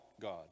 God